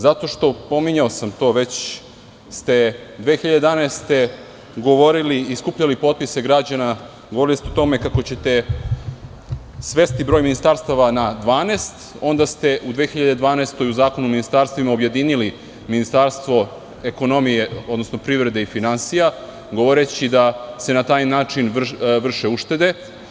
Zato što pominjao sam to već ste 2011. godine govorili i skupljali potpise građana, govorili ste o tome kako ćete svesti broj ministarstava na 12, onda ste u 2012. godini u Zakonu o ministarstvima objedinili Ministarstvo ekonomije, odnosno privrede i finansija, govoreći da se na taj način vrše uštede.